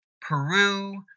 Peru